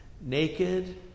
Naked